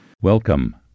Welcome